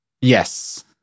Yes